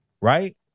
Right